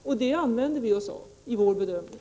Och vi använder oss av det i vår bedömning.